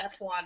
F1